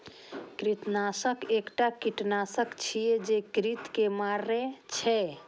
कृंतकनाशक एकटा कीटनाशक छियै, जे कृंतक के मारै छै